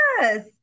yes